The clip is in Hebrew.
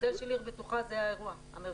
מודל של עיר בטוחה זה האירוע המרכזי.